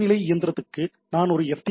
தொலைநிலை இயந்திரத்திற்கு நான் ஒரு எஃப்